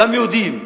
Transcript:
גם יהודיות: